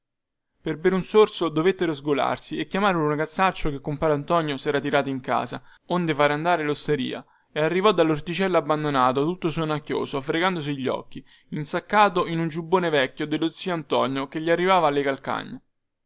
per bere un sorso dovettero sgolarsi a chiamare un ragazzaccio che compare antonio sera tirato in casa onde fare andare losteria e arrivò dallorticello abbandonato tutto sonnacchioso fregandosi gli occhi insaccato in un giubbone vecchio dello zio antonio che gli arrivava alle calcagna